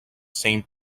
same